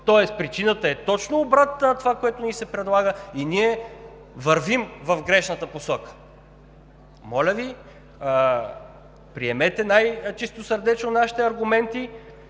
Тоест причината е точно обратната на това, което ни се предлага, и ние вървим в грешната посока. Моля Ви, приемете най-чистосърдечно нашите аргументи,